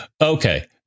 Okay